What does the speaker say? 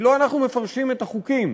כי לא אנחנו מפרשים את החוקים.